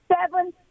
seven